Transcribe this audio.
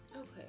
okay